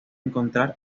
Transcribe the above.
encontrar